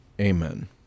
amen